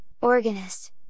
organist